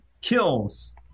kills